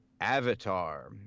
Avatar